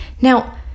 now